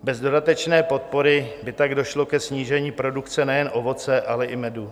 Bez dodatečné podpory by tak došlo ke snížení produkce nejen ovoce, ale i medu.